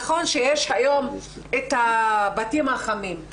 נכון שיש היום את הבתים החמים,